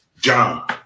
John